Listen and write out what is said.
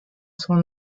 son